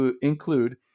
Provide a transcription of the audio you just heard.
include